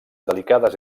delicades